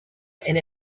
and